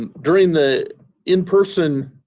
and during the in-person